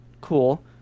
Cool